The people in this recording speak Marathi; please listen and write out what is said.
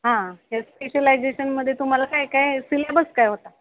हां या स्पेशलायजेशनमध्ये तुम्हाला काय काय सिलेबस काय होता